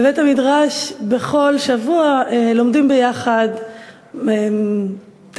בבית-המדרש בכל שבוע לומדים ביחד טקסט,